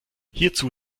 hierzu